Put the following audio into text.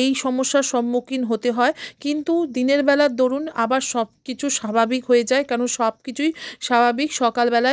এই সমস্যার সম্মুখীন হতে হয় কিন্তু দিনেরবেলার দরুন আবার সব কিছু স্বাভাবিক হয়ে যায় কেন সব কিছুই স্বাভাবিক সকালবেলায়